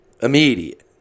Immediate